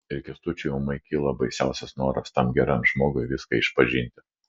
ir kęstučiui ūmai kilo baisiausias noras tam geram žmogui viską išpažinti